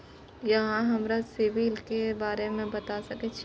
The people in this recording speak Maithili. अहाँ हमरा सिबिल के बारे में बता सके छी?